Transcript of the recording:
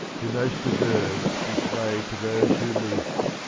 who most deserves be slave to those who least.